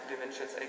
dimensions